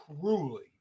truly